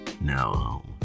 now